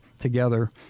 together